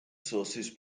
sources